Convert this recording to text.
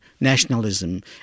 nationalism